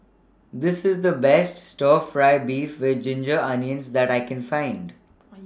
This IS The Best Stir Fry Beef with Ginger Onions that I Can Find